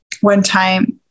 one-time